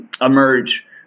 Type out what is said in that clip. emerge